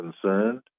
concerned